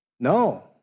No